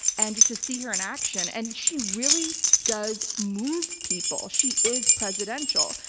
and just to see her in action and she really does move people. she is presidential.